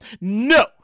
No